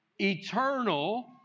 eternal